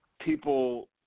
people